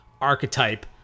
archetype